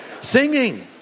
singing